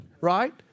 Right